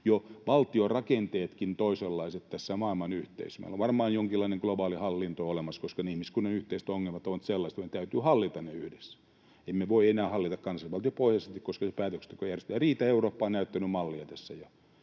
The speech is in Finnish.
on valtion rakenteetkin toisenlaiset tässä maailmanyhteisössä. Meillä on varmaan jonkinlainen globaali hallinto olemassa, koska ihmiskunnan yhteiset ongelmat ovat sellaiset, että meidän täytyy hallita ne yhdessä. Emme voi enää hallita kansallisvaltiopohjaisesti, koska ne päätökset eivät riitä. Eurooppa on näyttänyt mallia tässä, ja